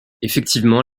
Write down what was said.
effectivement